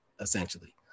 essentially